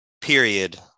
period